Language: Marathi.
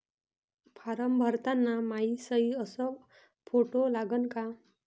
फारम भरताना मायी सयी अस फोटो लागन का?